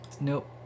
nope